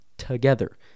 Together